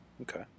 okay